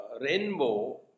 rainbow